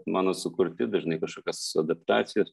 mano sukurti dažnai kažkokios adaptacijos